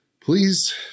please